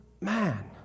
man